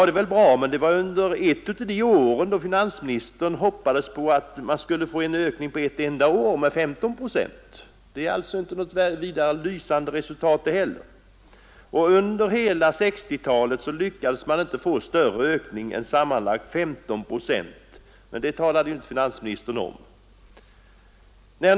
Det var under en tid då finansministern hoppades på en ökning under ett enda år med 15 procent. Det är alltså inte något lysande resultat det heller. Att man sedan under hela 1960-talet inte lyckades få högre ökning än sammanlagt 15 procent talade finansministern inte om.